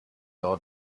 old